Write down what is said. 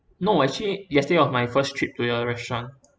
no actually yesterday was my first trip to your restaurant